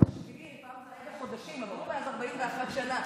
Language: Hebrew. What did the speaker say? עברו מאז 41 שנה,